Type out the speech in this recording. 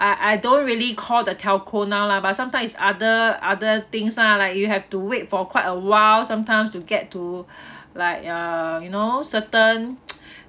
I I don't really call the telco now lah but sometimes it's other other things lah like you have to wait for quite a while sometimes to get to like uh you know certain